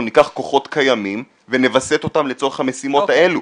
ניקח כוחות קיימים ונווסת אותם לצורך המשימות האלו.